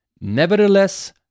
Nevertheless